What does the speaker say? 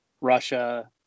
Russia